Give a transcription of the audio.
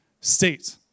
state